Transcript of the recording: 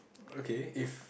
okay if